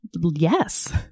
Yes